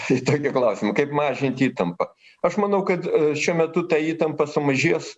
į tokį klausimą kaip mažint įtampą aš manau kad šiuo metu ta įtampa sumažės